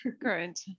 Great